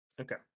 okay